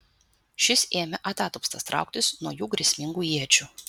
šis ėmė atatupstas trauktis nuo jų grėsmingų iečių